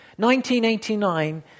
1989